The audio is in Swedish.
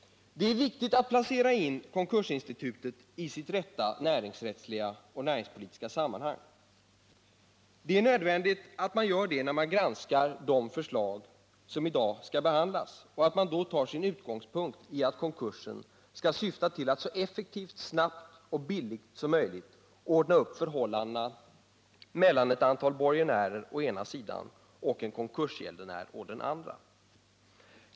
Det är viktigt att placera in konkursinstitutet i sitt rätta näringsrättsliga och näringspolitiska sammanhang. Det är nödvändigt att göra det när man granskar de förslag som i dag skall behandlas — och att då ta sin utgångspunkt i att konkursen skall syfta till att så effektivt, snabbt och billigt som möjligt ordna upp förhållandena mellan ett antal borgenärer å ena sidan och en konkursgäldenär å den andra.